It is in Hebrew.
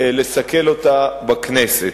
לסכל אותה בכנסת.